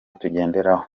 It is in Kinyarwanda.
tugenderaho